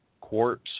quartz